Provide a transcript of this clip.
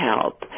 help